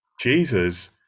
Jesus